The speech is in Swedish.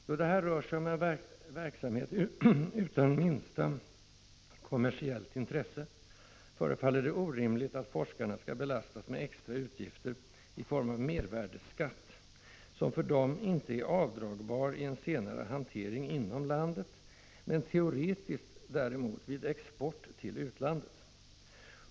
Då det här rör sig om en verksamhet utan minsta kommersiellt intresse förefaller det orimligt att forskarna skall belastas med extra utgifter i form av mervärdeskatt, som för dem inte är avdragbar i en senare hantering inom landet men däremot, teoretiskt, vid ”export” till utlandet.